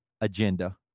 agenda